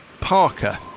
Parker